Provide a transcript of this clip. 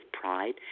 pride